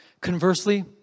Conversely